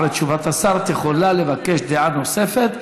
אחרי תשובת השר את יכולה לבקש דעה נוספת.